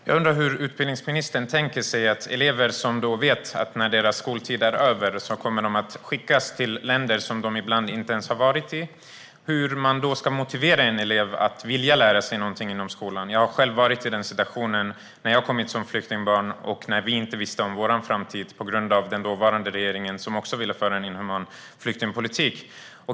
Herr talman! Jag undrar hur utbildningsministern tänker sig att det ska bli för de elever som vet att när deras skoltid är över kommer de att skickas till länder som de ibland inte ens har varit i. Hur ska man då motivera en elev att vilja lära sig någonting inom skolan? Jag var själv i denna situation när jag kom hit som flyktingbarn och vi inte visste något om vår framtid på grund av den dåvarande regeringen, som också ville föra en inhuman flyktingpolitik.